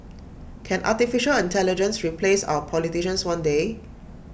can Artificial Intelligence replace our politicians one day